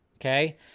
okay